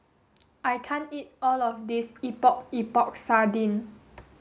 I can't eat all of this Epok Epok Sardin